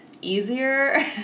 easier